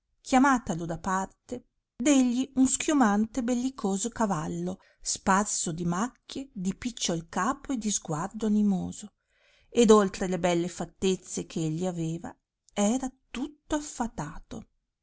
chiamatalo da parte degli un schiumante e bellicoso cavallo sparso di macchie di picciol capo e di sguardo animoso ed oltre le belle fattezze che egli aveva era tutto affatato